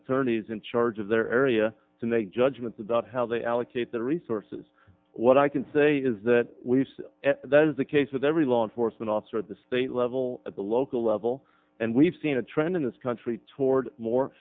attorneys in charge of their area to make judgments about how they allocate their resources what i can say is that we that is the case with every law enforcement officer at the state level at the local level and we've seen a trend in this country toward more